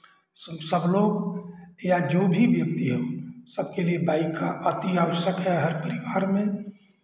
सब लोग या जो भी व्यक्ति हो सबके लिए बाइक का अति आवश्यक है हर परिवार में